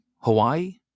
Hawaii